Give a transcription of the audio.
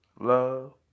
love